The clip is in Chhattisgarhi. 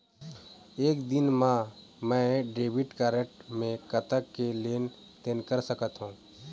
एक दिन मा मैं डेबिट कारड मे कतक के लेन देन कर सकत हो?